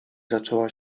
zaczęła